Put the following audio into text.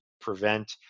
prevent